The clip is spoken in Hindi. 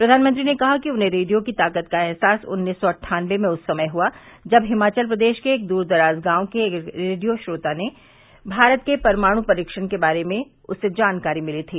प्रघानमंत्री ने कहा कि उन्हें रेडियो की ताकत का अहसास उन्नीस सौ अन्ठानबे में उस समय हुआ जब हिमाचल प्रदेश के एक द्रदराज गांव के एक रेडियो श्रोता से भारत के परमाणु परीक्षण के बारे में जानकारी मिली थी